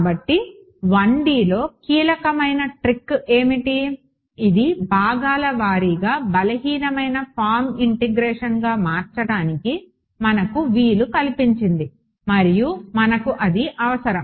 కాబట్టి 1D లో కీలకమైన ట్రిక్ ఏమిటి ఇది భాగాల వారీగా బలహీనమైన ఫారమ్ ఇంటిగ్రేషన్గా మార్చడానికి మనకు వీలు కల్పించింది మరియు మనకు అది అవసరం